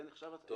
זה נחשב המצאה.